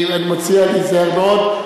אני מציע להיזהר מאוד.